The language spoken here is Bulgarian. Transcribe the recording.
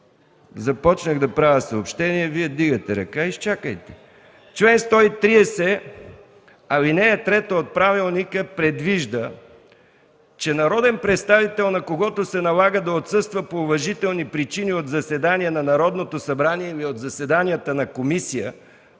Започнах да правя съобщение, а Вие вдигате ръка, изчакайте. Член 130, ал. 3 от Правилника предвижда, че народен представител, на когото се налага да отсъства по уважителни причини от заседание на Народното събрание или от заседанията на комисия,